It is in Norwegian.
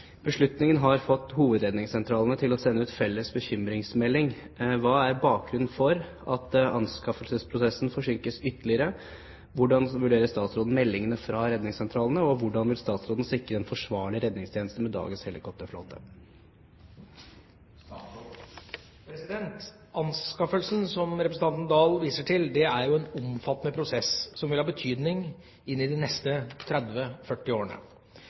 Beslutningen har fått hovedredningssentralene til å sende ut en felles bekymringsmelding. Hva er bakgrunnen for at anskaffelsesprosessen forsinkes ytterligere, hvordan vurderer statsråden meldingen fra redningssentralene, og hvordan vil statsråden sikre en forsvarlig redningstjeneste med dagens helikopterflåte?» Anskaffelsen som representanten Oktay Dahl viser til, er jo en omfattende prosess som vil ha betydning inn i de neste 30–40 årene.